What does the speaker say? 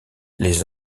les